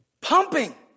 Pumping